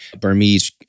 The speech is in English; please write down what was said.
Burmese